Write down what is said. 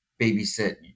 babysit